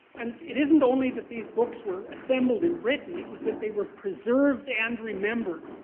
and it isn't only that these books were assembled and written, it was that they were preserved and remembered.